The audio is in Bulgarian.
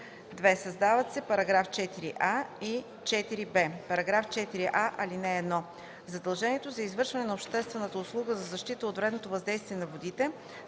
2. Създават се § 4а и 4б: „§ 4а. (1) Задължението за извършване на обществената услуга за защита от вредното въздействие на водите